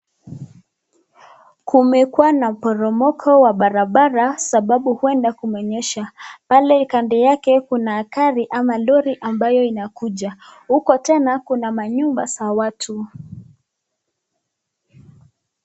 Kumekuwa na poromoko wa barabara sababu uenda kumenyesha, pale kando yake kuna gari ama lori ambayo inakuja huko tena kuna manyumba za watu.